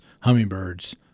hummingbirds